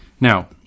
now